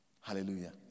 Hallelujah